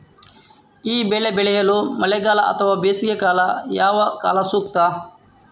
ಈ ಬೆಳೆ ಬೆಳೆಯಲು ಮಳೆಗಾಲ ಅಥವಾ ಬೇಸಿಗೆಕಾಲ ಯಾವ ಕಾಲ ಸೂಕ್ತ?